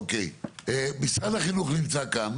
אוקיי, משרד החינוך נמצא כאן,